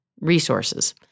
resources